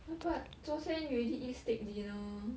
!huh! but 昨天 you already eat steak dinner